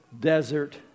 desert